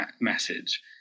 message